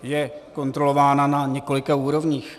Je kontrolována na několika úrovních.